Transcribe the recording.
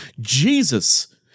Jesus